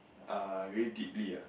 err very deeply ah